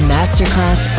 Masterclass